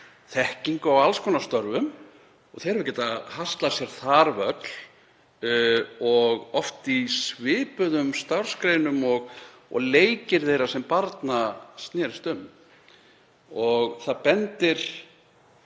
þekkingu á alls konar störfum. Þeir hafa getað haslað sér þar völl, oft í svipuðum starfsgreinum og leikir þeirra sem barna snerust um. Það bendir